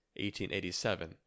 1887